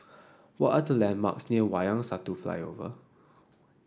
what are the landmarks near Wayang Satu Flyover